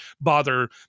bother